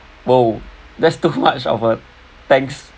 !whoa! that's too much of a thanks